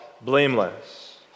blameless